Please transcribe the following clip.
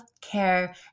care